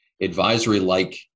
advisory-like